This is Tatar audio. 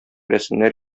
рәсемнәр